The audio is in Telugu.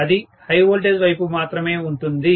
అది హై వోల్టేజ్ వైపు మాత్రమే ఉంటుంది